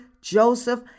Joseph